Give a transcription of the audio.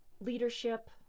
leadership